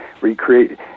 recreate